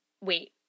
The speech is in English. wait